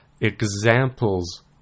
examples